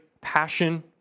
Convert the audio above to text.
passion